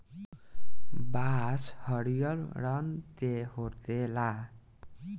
बांस हरियर रंग के होखेला